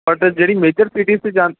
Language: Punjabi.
ਬਟ ਜਿਹੜੀ ਮੇਜਰ ਸੀਟੀਸ 'ਚ ਜਾਣ